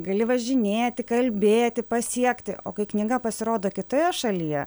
gali važinėti kalbėti pasiekti o kai knyga pasirodo kitoje šalyje